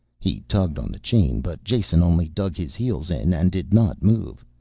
he tugged on the chain, but jason only dug his heels in and did not move.